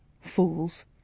Fools